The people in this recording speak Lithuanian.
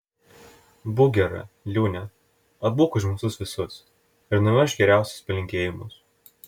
būk gera liūne atbūk už mus visus ir nuvežk geriausius palinkėjimus